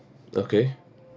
okay